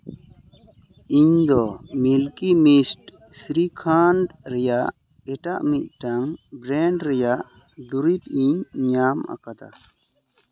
ᱤᱧᱫᱚ Milky Mist shrikhand ᱨᱮᱭᱟᱜ ᱮᱴᱟᱜ ᱢᱤᱫᱴᱟᱝ ᱵᱨᱮᱱᱰ ᱨᱮᱭᱟᱜ ᱫᱩᱨᱤᱵᱽ ᱤᱧ ᱧᱟᱢ ᱟᱠᱟᱫᱟ